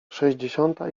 sześćdziesiąta